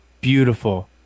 beautiful